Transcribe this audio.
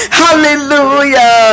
hallelujah